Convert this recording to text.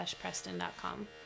preston.com